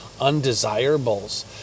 undesirables